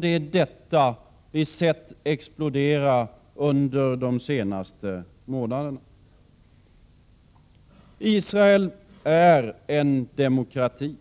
Det är denna vi sett explodera under de senaste månaderna. Israel är en demokrati.